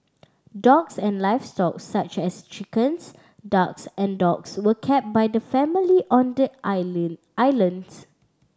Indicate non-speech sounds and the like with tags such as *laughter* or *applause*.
dogs and livestock such as chickens ducks and dogs were kept by the family on the *unintelligible* islands